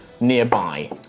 nearby